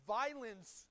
violence